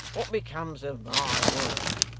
what becomes of my work!